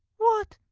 what,